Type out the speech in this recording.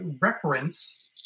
reference